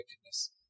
wickedness